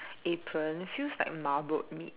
apron feels like marbled meat